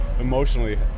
emotionally